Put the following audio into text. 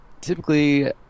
typically